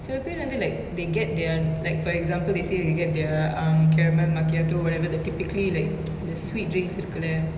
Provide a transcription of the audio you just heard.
சிலபேர் வந்து:silaper vanthu like they get their like for example they say they get their um caramel macchiato whatever their typically like the sweet drinks இருக்குல:irukula